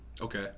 okay